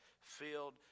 filled